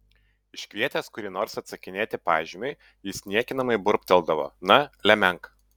iškvietęs kurį nors atsakinėti pažymiui jis niekinamai burbteldavo na lemenk